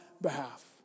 behalf